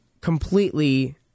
completely